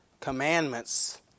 commandments